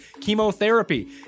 chemotherapy